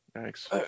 thanks